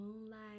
moonlight